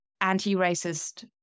anti-racist